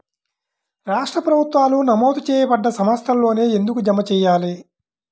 రాష్ట్ర ప్రభుత్వాలు నమోదు చేయబడ్డ సంస్థలలోనే ఎందుకు జమ చెయ్యాలి?